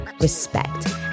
respect